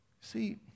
See